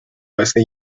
واسه